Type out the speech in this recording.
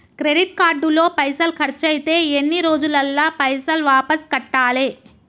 Credit card లో పైసల్ ఖర్చయితే ఎన్ని రోజులల్ల పైసల్ వాపస్ కట్టాలే?